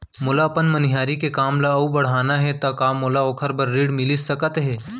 मोला अपन मनिहारी के काम ला अऊ बढ़ाना हे त का मोला ओखर बर ऋण मिलिस सकत हे?